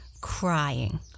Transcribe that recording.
crying